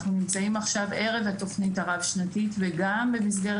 אנחנו נמצאים עכשיו ערב התוכנית הרב-שנתית וגם במסגרת